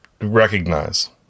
recognize